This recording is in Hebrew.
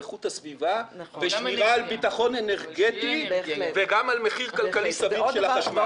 איכות הסביבה ושמירה על ביטחון אנרגטי וגם על מחיר כלכלי סביר של החשמל.